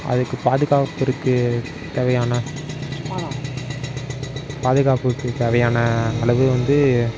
அதுக்கு பாதுகாப்பிற்கு தேவையான பாதுகாப்புக்கு தேவையான அளவு வந்து